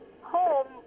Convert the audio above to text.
home